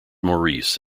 maurice